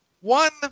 One